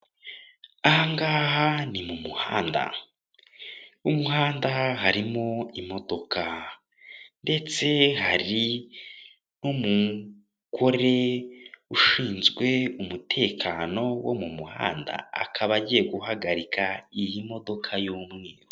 Ahangaha ni mu muhanda harimo imodoka ndetse hari n'umugore ushinzwe umutekano wo mu muhanda akaba agiye guhagarika iyi modoka y'umweru.